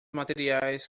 materiais